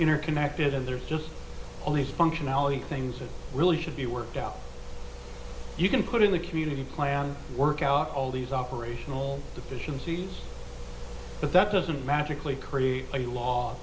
interconnected and there's just all these functionality things that really should be worked out you can put in the community plan and work out all these operational deficiencies but that doesn't magically create a law